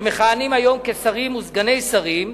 שמכהנים היום כשרים וכסגני שרים,